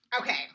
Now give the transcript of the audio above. Okay